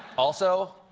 also.